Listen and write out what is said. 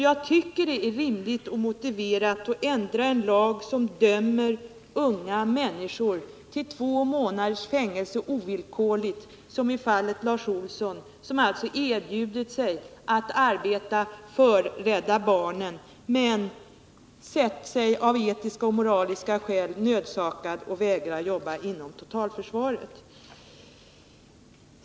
Jag tycker det är rimligt och motiverat att ändra en lag som dömer unga människor till två månaders fängelse ovillkorligt — som i fallet med Lars Olsson, som erbjudit sig att arbeta för Rädda barnen, men som sett sig av etiska och moraliska skäl nödsakad att vägra jobba inom totalförsvaret.